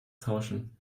tauschen